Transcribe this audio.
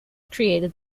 created